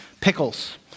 Pickles